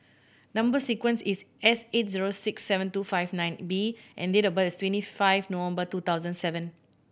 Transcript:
number sequence is S eight zero six seven two five nine B and date of birth is twenty five November two thousand seven